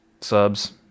subs